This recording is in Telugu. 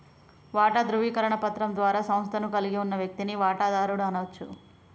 వాటా ధృవీకరణ పత్రం ద్వారా సంస్థను కలిగి ఉన్న వ్యక్తిని వాటాదారుడు అనచ్చు